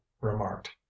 remarked